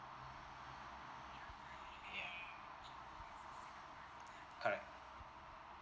ya correct